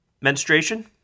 Menstruation